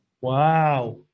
Wow